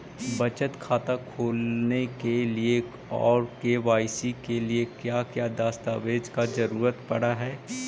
बचत खाता खोलने के लिए और के.वाई.सी के लिए का क्या दस्तावेज़ दस्तावेज़ का जरूरत पड़ हैं?